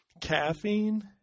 caffeine